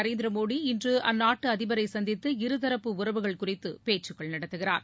நரேந்திர மோடி இன்று அந்நாட்டு அதிபரை சந்தித்து இருதரப்பு உறவுகள் குறித்து பேச்சுக்கள் நடத்துகிறார்